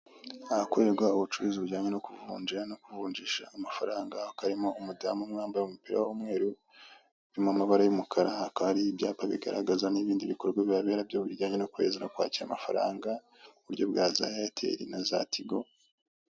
Ahakoregwa ubucuruzi bujyanye no kuvunja, no kuvunjisha amafaranga, hakaba harimo umudamu umwe wambaye umupira w'umweru, urimo amabara y'umukara, hakaba hari ibyapa bigaragaza n'ibindi bikorwa bihabera byo bijyanye no kohereza no kwakira amafaranga buryo bwa zairtel na za tigo.